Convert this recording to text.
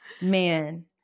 man